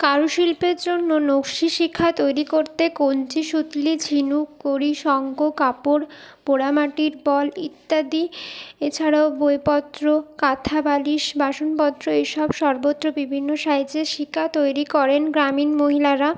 কারুশিল্পের জন্য নকশি শিখা তৈরি করতে কঞ্চি সুতলি ঝিনুক কড়ি শঙ্খ কাপড় পোড়া মাটির বল ইত্যাদি এছাড়াও বই পত্র কাঁথা বালিশ বাসন পত্র এসব সর্বত্র বিভিন্ন সাইজে শিখা তৈরি করেন গ্রামীণ মহিলারা